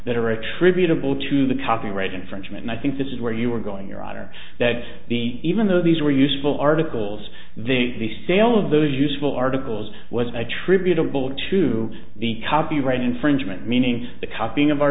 that are attributable to the copyright infringement and i think this is where you are going your honor that the even though these are useful articles the sale of those useful articles was attributable to the copyright infringement meaning the copying of our